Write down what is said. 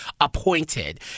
appointed